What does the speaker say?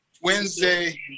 Wednesday